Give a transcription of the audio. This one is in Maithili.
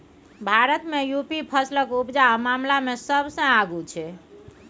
भारत मे युपी फसलक उपजा मामला मे सबसँ आगु छै